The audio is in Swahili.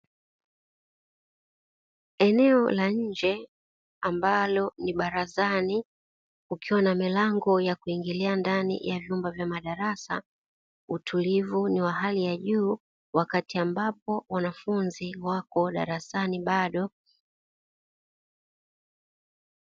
Eneo la nje ambalo ni barazani, kukiwa na milango ya kuingilia ndani ya vyumba vya madarasa. Utulivu ni wa hali ya juu wakati ambapo wanafunzi wako darasani bado.